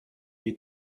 eat